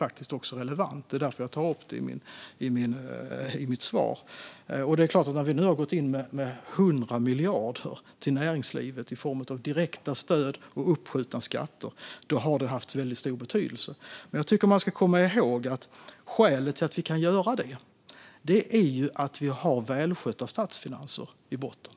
Det är klart att det har haft stor betydelse att vi nu har gått in med 100 miljarder till näringslivet i form av direkta stöd och uppskjutna skatter. Jag tycker att man ska komma ihåg att skälet till att vi kan göra det är att vi har välskötta statsfinanser i botten.